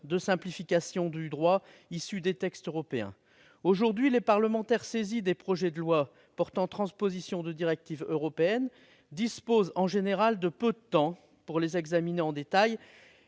de plus long terme et de plus grande ampleur. Aujourd'hui, les parlementaires saisis des projets de loi portant transposition de directives européennes disposent en général de peu de temps pour les examiner en détail,